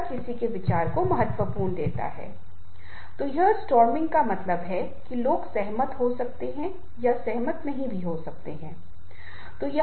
दूसरों को प्रेरित करने के लिए नेताओं का एक महत्वपूर्ण चीज यह है की प्रभावी नेता जानते है की प्रेरणा का मतलब कैसे बड़ाएँ